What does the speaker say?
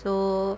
so